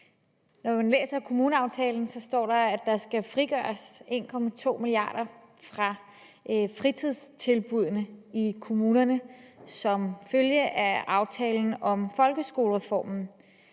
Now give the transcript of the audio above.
gennemgang. I kommuneaftalen står der, at der skal frigøres 1,2 mia. kr. fra fritidstilbuddene i kommunerne som følge af aftalen om folkeskolereformen.